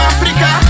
Africa